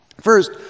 First